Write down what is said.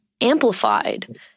amplified